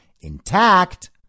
intact